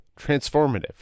transformative